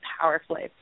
powerfully